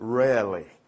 rarely